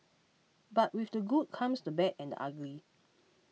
but with the good comes the bad and ugly